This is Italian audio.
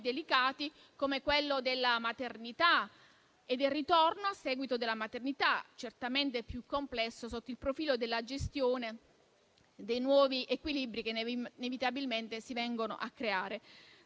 delicati come quello della maternità e del ritorno a seguito della maternità, certamente più complesso sotto il profilo della gestione dei nuovi equilibri che inevitabilmente si vengono a creare.